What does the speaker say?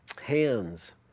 hands